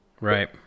Right